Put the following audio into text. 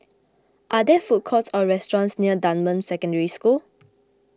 are there food courts or restaurants near Dunman Secondary School